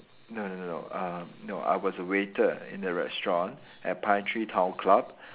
no no no no uh no I was a waiter in a restaurant at Pinetree town club